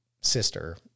sister